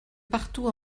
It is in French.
partout